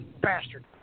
bastard